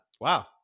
Wow